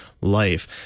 life